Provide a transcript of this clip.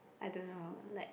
I don't know like